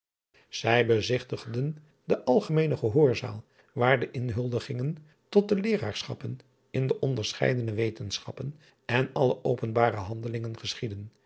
ij bezigtigden de algemeene gehoorzaal waar de inhuldigingen tot de eeraarschappen in de onderscheidene wetenschappen en alle openbare handelingen geschiedden